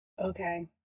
okay